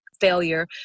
failure